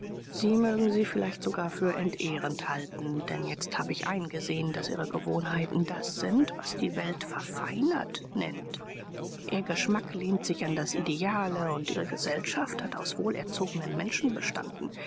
sie mögen sie vielleicht sogar für entehrend halten denn jetzt habe ich eingesehen daß ihre gewohnheiten das sind was die welt verfeinert nennt ihr geschmack lehnt sich an das ideale und ihre gesellschaft hat aus wohlerzogenen menschen bestanden